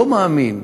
לא מאמין.